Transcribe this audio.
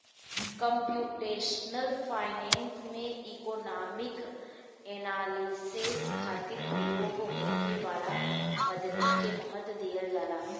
computational finance में economic analysis खातिर प्रयोग होखे वाला पद्धति के महत्व दीहल जाला